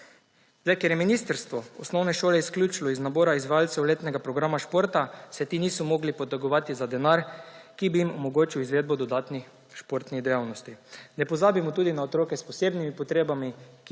otrok. Ker je ministrstvo osnovne šole izključilo iz nabora izvajalcev letnega programa športa, se te niso mogle potegovati za denar, ki bi jim omogočil izvedbo dodatnih športnih dejavnosti. Ne pozabimo tudi na otroke s posebnimi potrebami,